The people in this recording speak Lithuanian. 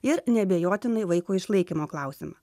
ir neabejotinai vaiko išlaikymo klausimą